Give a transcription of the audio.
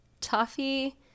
Toffee